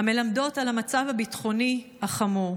המלמדות על המצב הביטחוני החמור.